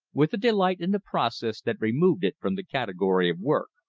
with a delight in the process that removed it from the category of work.